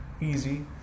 easy